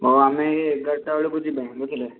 ହଁ ଆମେ ଏ ଏଗାରଟା ବେଳକୁ ଯିବା ବୁଝିଲେ